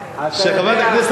אם לא היה נור,